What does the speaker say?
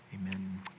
Amen